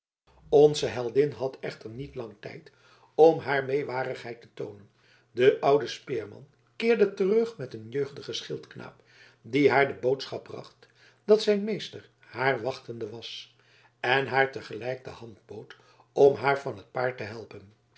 onze heldin had echter niet lang tijd om haar meewarigheid te toonen de oude speerman keerde terug met een jeugdigen schildknaap die haar de boodschap bracht dat zijn meester haar wachtende was en haar tegelijk de hand bood om haar van t paard te helpen